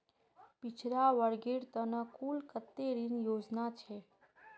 पिछड़ा वर्गेर त न कुल कत्ते ऋण योजना छेक